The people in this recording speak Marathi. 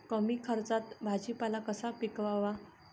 कमी खर्चात भाजीपाला कसा पिकवावा?